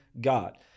god